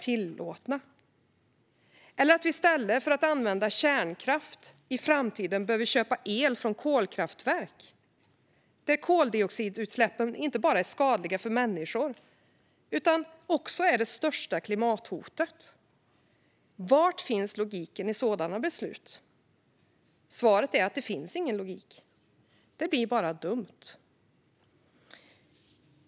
Eller tänk om vi i stället för att använda kärnkraft i framtiden behöver köpa el från kolkraftverk, där koldioxidutsläppen inte bara är skadliga för oss människor utan också utgör det största klimathotet. Var finns logiken i sådana beslut? Svaret är att det inte finns någon logik. Det blir bara dumt.